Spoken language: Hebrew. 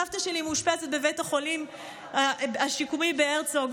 סבתא שלי מאושפזת בבית החולים השיקומי הרצוג,